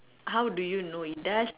how do you know it does